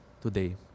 today